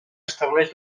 estableix